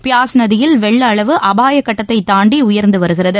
பியாஸ் நதியில் வெள்ள அளவு அபாயக்கட்டத்தை தாண்டி உயர்ந்து வருகிறது